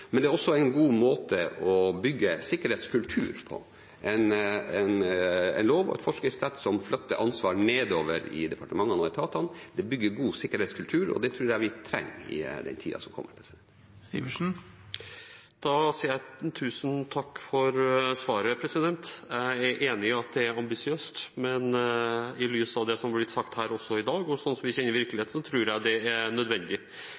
men for det andre er det en god måte å bygge sikkerhetskultur på. En lov og et forskriftssett som flytter ansvaret nedover i departementene og etatene, bygger god sikkerhetskultur, og det tror jeg vi trenger i tida som kommer. Da sier jeg tusen takk for svaret. Jeg er enig i at det er ambisiøst, men i lys av det som har blitt sagt her i dag, og slik vi kjenner virkeligheten, tror jeg det er nødvendig.